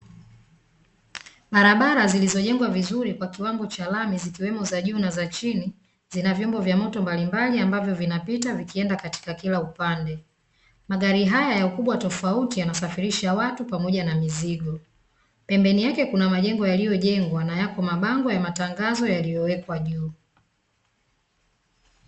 Barabara zilizojengwa vizuri kwa kiwango cha rami zikiwemo za juu na chini zina vyombo vya moto mbalimbali vinapita vikienda kila upande, magari haya ya ukubwa tofauti yana safirisha watu pamoja na mizigo pembeni yake kuna majengo yaliyojengwa na yapo mabango ya matangazo yamewekwa juu.